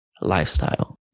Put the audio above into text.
lifestyle